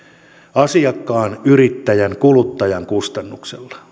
asiakkaan yrittäjän kuluttajan kustannuksella